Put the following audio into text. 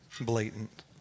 blatant